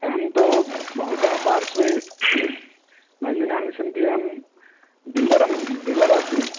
अहं तु भवतः पार्श्वे व्यञ्जनानि सन्ति अहं डीलरं डीलर् अस्मि